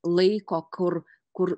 laiko kur kur